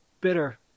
bitter